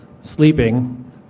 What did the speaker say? sleeping